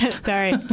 Sorry